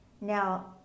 Now